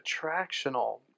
attractional